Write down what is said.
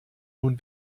nun